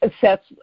sets